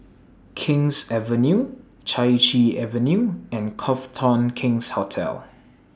King's Avenue Chai Chee Avenue and Cough Town King's Hotel